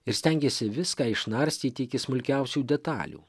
ir stengiasi viską išnarstyti iki smulkiausių detalių